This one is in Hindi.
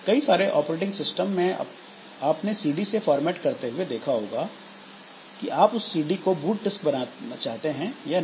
कई सारे ऑपरेटिंग सिस्टम में आपने सीडी से फॉर्मेट करते हुए ऐसा देखा होगा कि आप उस सीडी को बूट डिस्क बनाना चाहते हैं या नहीं